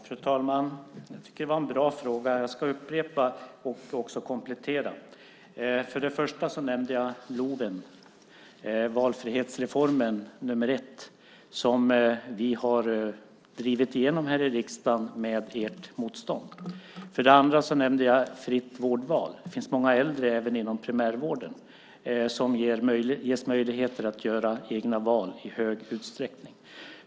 Fru talman! Jag tycker att det var en bra fråga. Jag ska upprepa vad jag sagt och också komplettera. För det första nämnde jag LOV:en, valfrihetsreformen nummer ett, som vi har drivit igenom här i riksdagen med ert motstånd. För det andra nämnde jag fritt vårdval. Det finns många äldre även inom primärvården som ges möjligheter att göra egna val i stor utsträckning.